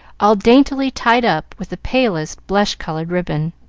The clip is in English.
all daintily tied up with the palest blush-colored ribbon.